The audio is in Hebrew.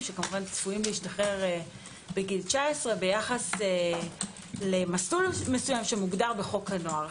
שצפויים להשתחרר בגיל 19 ביחס למסלול שמוגדר בחוק הנוער.